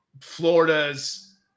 Florida's